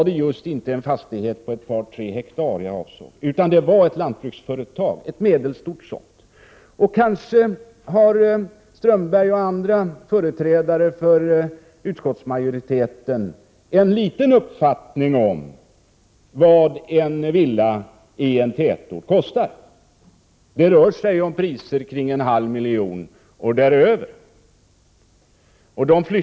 Det var inte en fastighet på ett par, tre hektar jag avsåg, utan det var ett medelstort lantbruksföretag. Kanske har Strömberg och andra företrädare för utskottsmajoriteten någon uppfattning om vad en villa i en tätort kostar. Priserna ligger oftast på en halv miljon kronor och däröver.